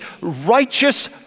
righteous